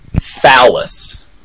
Phallus